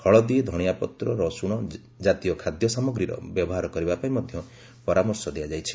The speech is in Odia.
ହଳଦୀ ଧଣିଆ ପତ୍ର ରସୁଣ ଜାତୀୟ ଖାଦ୍ୟ ସାମଗ୍ରୀର ବ୍ୟବହାର କରିବା ପାଇଁ ମଧ୍ୟ ପରାମର୍ଶ ଦିଆଯାଇଛି